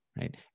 right